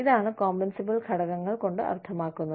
ഇതാണ് കോമ്പൻസബിൾ ഘടകങ്ങൾ കൊണ്ട് അർത്ഥമാക്കുന്നത്